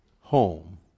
home